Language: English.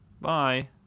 bye